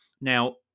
Now